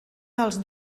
dels